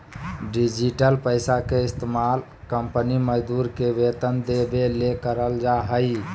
digital पैसा के इस्तमाल कंपनी मजदूर के वेतन देबे ले करल जा हइ